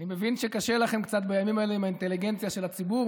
אני מבין שקשה לכם קצת בימים האלה עם האינטליגנציה של הציבור,